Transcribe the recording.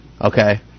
okay